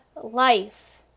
life